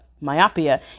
myopia